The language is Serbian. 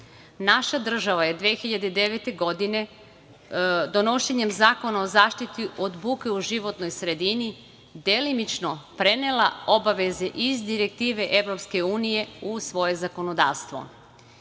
Naša država je 2009. godine, donošenjem Zakona o zaštiti od buke u životnoj sredini, delimično prenela obaveze iz Direktive Evropske unije u svoje zakonodavstvo. Cilj